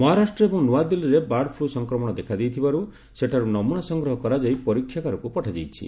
ମହାରାଷ୍ଟ୍ର ଏବଂ ନୂଆଦିଲ୍ଲୀରେ bird flu ସଂକ୍ରମଣ ଦେଖାଦେଇଥିବାରୁ ସେଠାରୁ ନମୁନା ସଂଗ୍ରହ କରାଯାଇ ପରୀକ୍ଷାଗାରକୁ ପଠାଯାଇଛି